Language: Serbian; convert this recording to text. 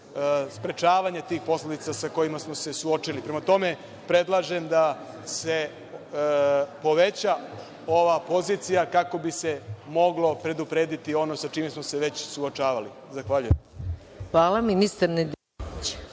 sprečavanje tih posledica sa kojima smo se suočili. Prema tome, predlažem da se poveća ova pozicija kako bi se moglo preduprediti ono sa čime smo se već suočavali. Zahvaljujem.